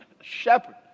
shepherd